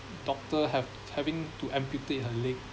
doctor have having to amputate her leg